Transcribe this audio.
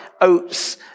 oats